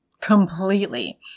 completely